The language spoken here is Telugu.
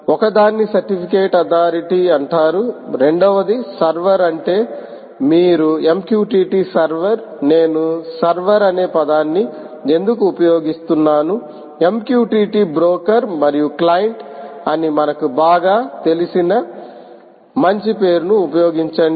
ఒకదాన్ని సర్టిఫికేట్ అథారిటీ అంటారు రెండవది సర్వర్ అంటే మీరు MQTT సర్వర్ నేను సర్వర్ అనే పదాన్ని ఎందుకు ఉపయోగిస్తున్నాను MQTT బ్రోకర్ మరియు క్లయింట్ అని మనకి బాగా తెలిసిన మంచి పేరును ఉపయోగించండి